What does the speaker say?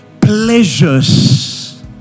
pleasures